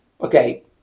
Okay